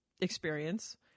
experience